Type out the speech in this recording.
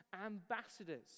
ambassadors